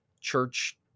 church